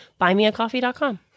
Buymeacoffee.com